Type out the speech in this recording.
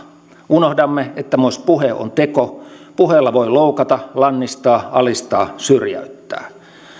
unohdamme että myös puhe on teko puheella voi loukata lannistaa alistaa syrjäyttää